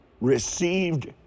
received